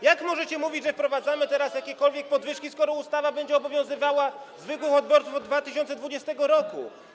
Jak możecie mówić, że wprowadzamy teraz jakiekolwiek podwyżki, skoro ustawa będzie obowiązywała zwykłych odbiorców od 2020 r.